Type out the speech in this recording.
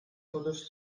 photos